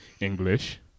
English